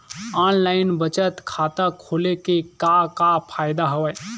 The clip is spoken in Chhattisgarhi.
ऑनलाइन बचत खाता खोले के का का फ़ायदा हवय